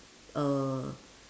uh